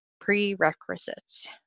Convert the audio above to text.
prerequisites